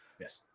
Yes